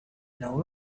know